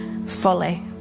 fully